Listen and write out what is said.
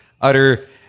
utter